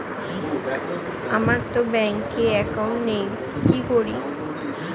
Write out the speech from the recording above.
আমারতো ব্যাংকে একাউন্ট নেই কি করি?